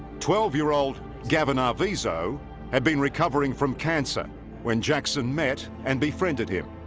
twelve-year-old gavin arvizo had been recovering from cancer when jackson met and befriended him